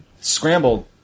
scrambled